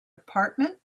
apartment